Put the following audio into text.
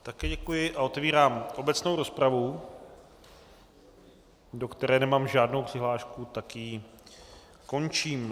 Také děkuji a otevírám obecnou rozpravu, do které nemám žádnou přihlášku, tak ji končím.